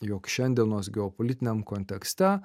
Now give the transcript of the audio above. jog šiandienos geopolitiniam kontekste